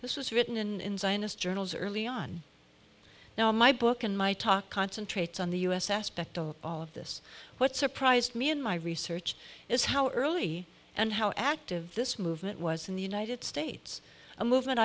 this was written in sinus journals early on now in my book and my talk concentrates on the us aspect of all of this what surprised me in my research is how early and how active this movement was in the united states a movement